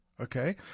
Okay